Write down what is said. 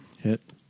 Hit